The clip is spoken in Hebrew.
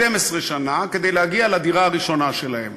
12 שנה, כדי להגיע לדירה הראשונה שלהם.